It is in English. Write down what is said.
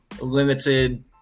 limited